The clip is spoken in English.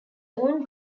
own